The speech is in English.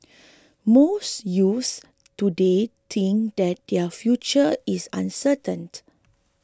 most youths today think that their future is uncertain